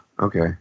Okay